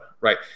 right